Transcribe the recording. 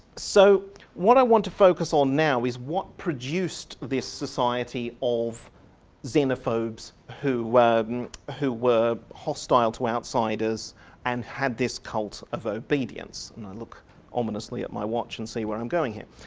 so what i want to focus on now is what produced this society of xenophobes who were who were hostile to outsiders and had this cult of obedience, and i look ominously at my watch and see where i'm going here.